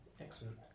Excellent